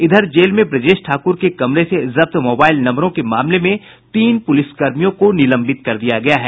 इधर जेल मे ब्रजेश ठाकुर के कमरे से जब्त मोबाइल नम्बरों के मामले में तीन पुलिस कर्मियों को निलंबित कर दिया गया है